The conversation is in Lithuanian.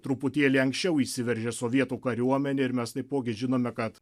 truputėlį anksčiau įsiveržė sovietų kariuomenė ir mes taipogi žinome kad